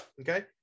okay